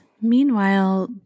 Meanwhile